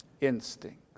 instincts